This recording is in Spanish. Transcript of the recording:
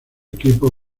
equipos